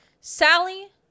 Sally